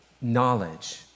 knowledge